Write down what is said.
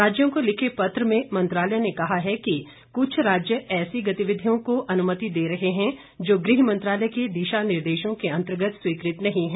राज्यों को लिखे पत्र में मंत्रालय ने कहा है कि कुछ राज्य ऐसी गतिविधियों की अनुमति दे रहे हैं जो गृह मंत्रालय के दिशा निर्देशों के अंतर्गत स्वीकृत नहीं है